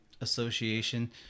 association